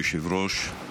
אדוני היושב-ראש,